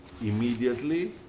immediately